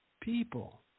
people